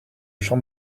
champ